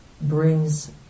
brings